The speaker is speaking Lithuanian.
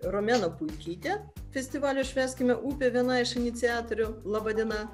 romena puikytė festivalio švęskime upę viena iš iniciatorių laba diena